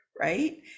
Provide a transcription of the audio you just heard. right